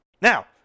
Now